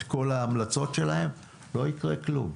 כל ההמלצות של מבקר המדינה לא יקרה כלום.